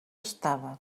estava